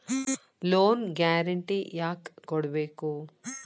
Loan guarantee ಯಾಕ್ ಕೊಡ್ಬೇಕು?